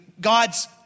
God's